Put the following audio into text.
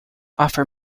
offer